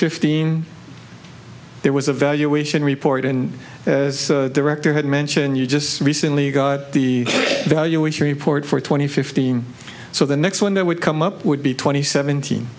fifteen there was a valuation report in director had mentioned you just recently got the value which report for twenty fifteen so the next one that would come up would be twenty seventeen